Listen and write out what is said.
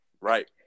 Right